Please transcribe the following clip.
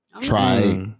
Try